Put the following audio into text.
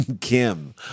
Kim